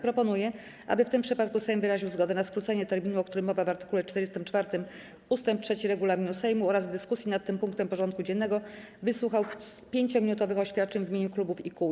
Proponuję, aby w tym przypadku Sejm wyraził zgodę na skrócenie terminu, o którym mowa w art. 44 ust. 3 regulaminu Sejmu, oraz w dyskusji nad tym punktem porządku dziennego wysłuchał 5-minutowych oświadczeń w imieniu klubów i kół.